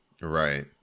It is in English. Right